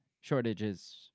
shortages